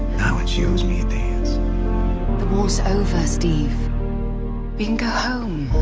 not when she owes me a dance the war's over steve we can go home